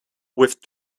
with